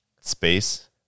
space